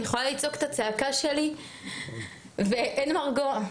אני יכולה לצעוק את הצעקה שלי ואין מרגוע.